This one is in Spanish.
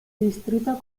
distrito